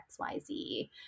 XYZ